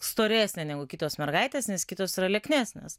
storesnė negu kitos mergaitės nes kitos yra lieknesnės